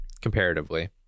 comparatively